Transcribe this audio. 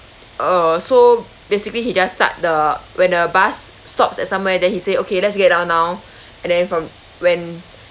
uh so basically he just start the when the bus stops at somewhere then he say okay let's get out now and then from when